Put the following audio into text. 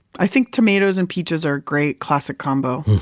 i think tomatoes and peaches are a great classic combo.